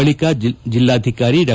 ಬಳಕ ಜಿಲ್ಲಾಧಿಕಾರಿ ಡಾ